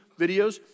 videos